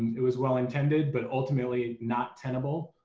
it was well intended, but ultimately not tenable.